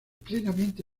plenamente